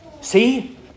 See